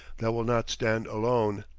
that will not stand alone.